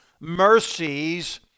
mercies